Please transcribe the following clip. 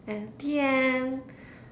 and the end